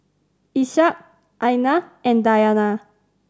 Ishak Aina and Dayana